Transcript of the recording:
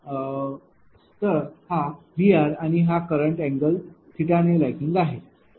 तर हा VR आहे आणि हा करंट अँगल ने लैगिंग आहे